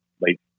late